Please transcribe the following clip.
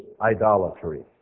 idolatry